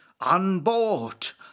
unbought